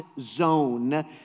zone